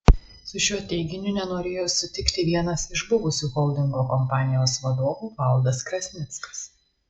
su šiuo teiginiu nenorėjo sutikti vienas iš buvusių holdingo kompanijos vadovų valdas krasnickas